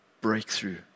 breakthrough